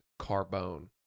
Carbone